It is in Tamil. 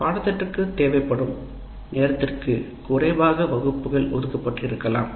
பாட திட்டத்திற்கு தேவைப்படும் நேரத்திற்கு குறைவாக வகுப்புகள் ஒதுக்கப்பட்டு இருக்கலாம்